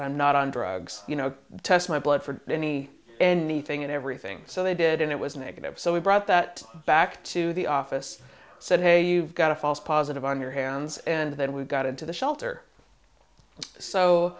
i'm not on drugs you know test my blood for any anything and everything so they did and it was negative so we brought that back to the office said hey you've got a false positive on your hands and then we got into the shelter so